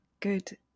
good